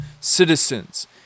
citizens